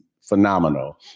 phenomenal